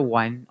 one